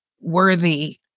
worthy